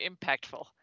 impactful